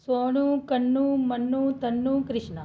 Sonu Kannu Mannu Tannu Krishna